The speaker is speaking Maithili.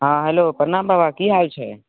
हाँ हेलो प्रणाम बाबा की हाल छै